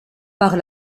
par